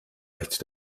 recht